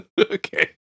Okay